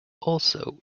also